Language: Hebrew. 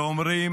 ואומרים: